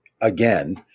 again